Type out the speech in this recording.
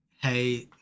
hey